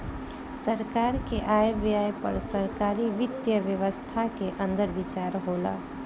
सरकार के आय व्यय पर सरकारी वित्त व्यवस्था के अंदर विचार होला